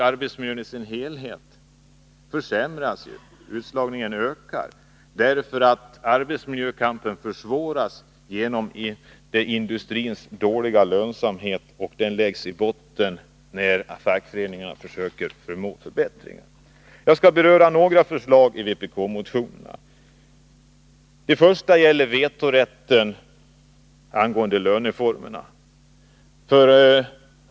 Arbetsmiljön i sin helhet försämras och utslagningen ökar, därför att arbetsmiljökampen försvåras genom industrins dåliga lönsamhet. Denna läggs i botten när fackföreningarna försöker åstadkomma förbättringar. Jag skall beröra några förslag i vpk-motionerna. Det första gäller vetorätten angående löneformerna.